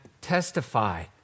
testify